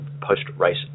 post-race